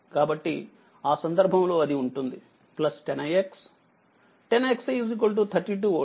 కాబట్టిఆ సందర్భంలోఅది ఉంటుంది 10ix10ix 32వోల్ట్